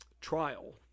trial